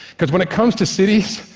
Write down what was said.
because when it comes to cities,